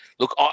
Look